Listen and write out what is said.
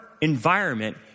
environment